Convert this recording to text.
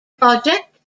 project